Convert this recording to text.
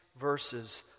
verses